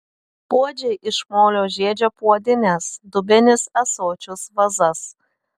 puodžiai iš molio žiedžia puodynes dubenis ąsočius vazas